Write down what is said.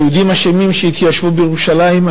היהודים אשמים שהתיישבו בירושלים,